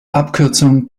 abkürzung